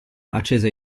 accese